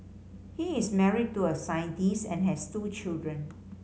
he is married to a scientist and has two children